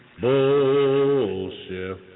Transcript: Bullshit